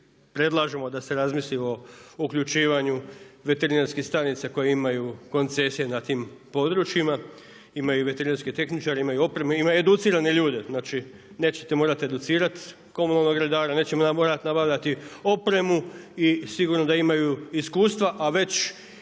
Predlažemo da se razmisli o uključivanju veterinarskih stanica koje imaju koncesiju nad tim područjima, imaju veterinarski tehničari, imaju opremu, imaju educirane ljude, znači, nećete morati educirati komunalnog redara, nećemo morati nabavljati opremu i sigurno da imaju iskustva a već